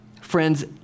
Friends